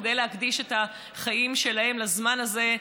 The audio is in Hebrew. כדי להקדיש את החיים שלהם לזמן הזה,